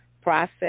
process